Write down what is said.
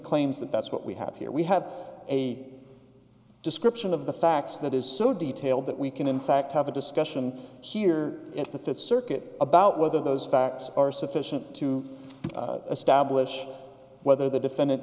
claims that that's what we have here we have a description of the facts that is so detailed that we can in fact have a discussion here in the fifth circuit about whether those facts are sufficient to establish whether the defendant